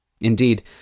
Indeed